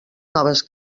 noves